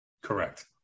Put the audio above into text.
Correct